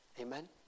amen